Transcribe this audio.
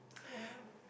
yeah